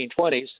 1920s